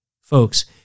Folks